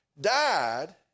died